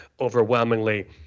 overwhelmingly